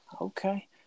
Okay